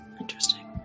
Interesting